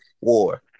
War